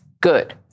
Good